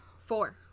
four